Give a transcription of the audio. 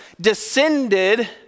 descended